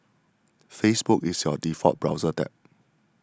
Facebook is your default browser tab